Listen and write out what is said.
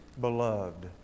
beloved